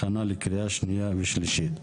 הכנה לקריאה שנייה ושלישית.